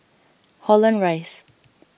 Holland Rise